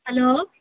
hello